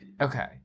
Okay